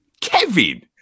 Kevin